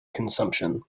consumption